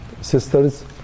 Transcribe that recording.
sisters